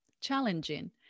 challenging